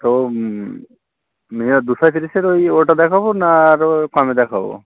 তো মিঞা দুশো তিরিশের ওই ওটা দেখাবো না আরও কমে দেখাবো